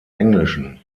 englischen